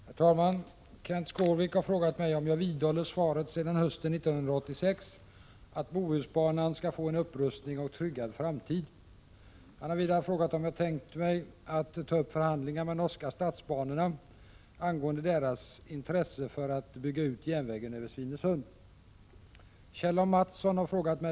Herr talman! Kenth Skårvik har frågat mig om jag vidhåller svaret sedan hösten 1986 att Bohusbanan skall få en upprustning och tryggad framtid. Han har vidare frågat mig om jag kan tänka mig att ta upp förhandlingar med Norska Statsbanorna angående deras intresse för att bygga ut järnvägen över Svinesund.